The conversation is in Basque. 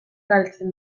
galtzen